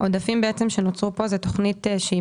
העודפים שנוצרו פה בעצם זה תוכנית שהיא